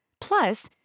Plus